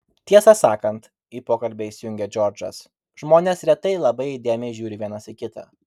tiesą sakant į pokalbį įsijungė džordžas žmonės retai labai įdėmiai žiūri vienas į kitą